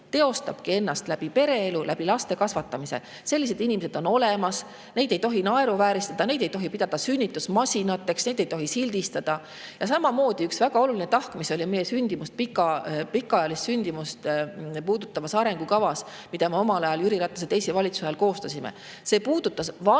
teostabki ennast läbi pereelu, läbi laste kasvatamise. Sellised inimesed on olemas, neid ei tohi naeruvääristada, neid ei tohi pidada sünnitusmasinateks, neid ei tohi sildistada. Ja samamoodi üks väga oluline tahk, mis oli pikaajalises sündimust puudutavas arengukavas, mille me omal ajal Jüri Ratase teise valitsuse ajal koostasime, puudutas vanemluse